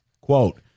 Quote